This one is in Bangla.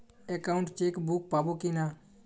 একাউন্ট চেকবুক পাবো কি না?